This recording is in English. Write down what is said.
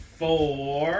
four